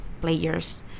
players